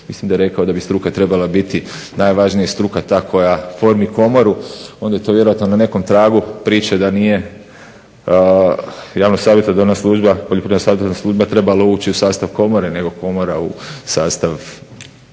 Mislim da je rekao da bi struka trebala biti najvažnija struka ta koja formi komoru. Onda je to vjerojatno na nekom tragu priče da nije javna Poljoprivredna savjetodavna služba trebala ući u sastav komore nego komora u sastav